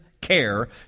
care